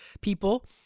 people